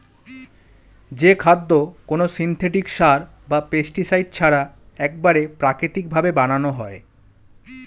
যে খাদ্য কোনো সিনথেটিক সার বা পেস্টিসাইড ছাড়া একবারে প্রাকৃতিক ভাবে বানানো হয়